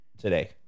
today